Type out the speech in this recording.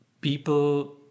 people